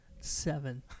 Seven